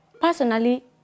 Personally